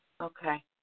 Okay